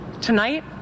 Tonight